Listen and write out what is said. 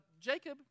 Jacob